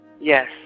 Yes